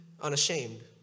unashamed